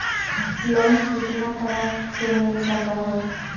Loan कितना तरह से मिल सक है?